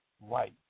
white